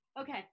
Okay